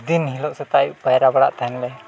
ᱫᱤᱱ ᱦᱤᱞᱳᱜ ᱥᱮᱛᱟᱜ ᱟᱹᱭᱩᱵ ᱯᱟᱭᱨᱟ ᱵᱟᱲᱟᱜ ᱛᱟᱦᱮᱸᱫ ᱞᱮ